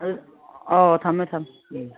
ꯑꯧ ꯊꯝꯃꯦ ꯊꯝꯃꯦ ꯎꯝ